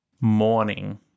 morning